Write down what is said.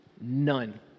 none